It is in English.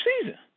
season